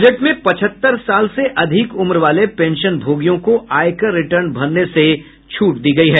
budget में पचहत्तर साल से अधिक उम्र वाले पेंशन भोगियों को आयकर रिटर्न भरने से छूट दी गयी है